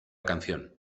canción